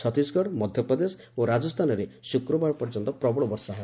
ଛତିଶଗଡ଼ ମଧ୍ୟପ୍ରଦେଶ ଓ ରାଜସ୍ଥାନରେ ଶୁକ୍ରବାର ପର୍ଯ୍ୟନ୍ତ ପ୍ରବଳ ବର୍ଷା ହେବ